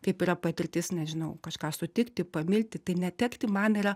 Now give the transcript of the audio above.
kaip yra patirtis nežinau kažką sutikti pamilti tai netekti man yra